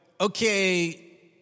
okay